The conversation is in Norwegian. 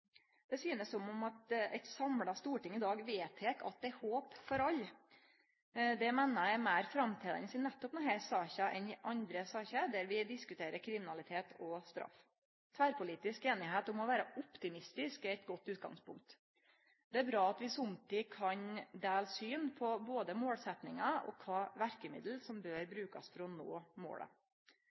Det synest som at eit samla storting i dag vedtek at det er håp for alle. Det meiner eg er meir framståande i nettopp denne saka enn i andre saker der vi diskuterer kriminalitet og straff. Tverrpolitisk einigheit om å vere optimistiske er eit godt utgangspunkt. Det er bra at vi somtid kan dele syn på både målsetjingar og kva verkemiddel som bør brukast for å nå målet.